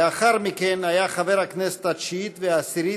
לאחר מכן היה חבר בכנסת התשיעית והעשירית,